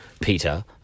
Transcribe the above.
Peter